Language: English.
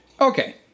Okay